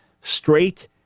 straight